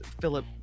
Philip